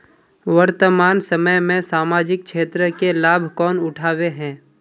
वर्तमान समय में सामाजिक क्षेत्र के लाभ कौन उठावे है?